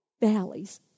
valleys